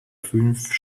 fünf